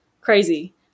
crazy